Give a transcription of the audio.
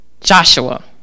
Joshua